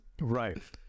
Right